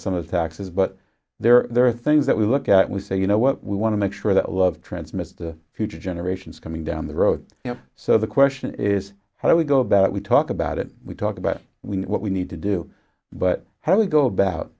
some of the taxes but there are things that we look at we say you know what we want to make sure that love transmitted to future generations coming down the road you know so the question is how do we go about it we talk about it we talk about we what we need to do but how do we go about